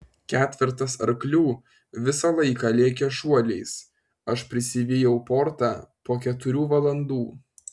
ketvertas arklių visą laiką lėkė šuoliais aš prisivijau portą po keturių valandų